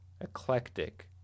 eclectic